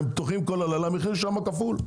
חנויות שפתוחות כל הלילה והמחיר שם כפול.